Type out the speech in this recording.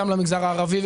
גם למגזר הערבי,